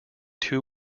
two